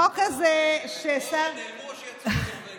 או שהם נעלמו או שהם יצאו בחוק הנורבגי.